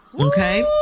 Okay